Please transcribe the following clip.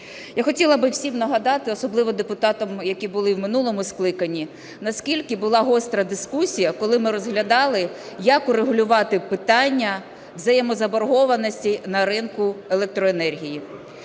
Я хотіла би всім нагадати, особливо депутатам, які були в минулому скликанні, наскільки була гостра дискусія, коли ми розглядали як врегулювати питання взаємозаборгованостей на ринку електроенергії.